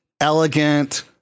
elegant